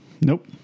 Nope